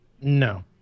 No